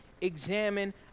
examine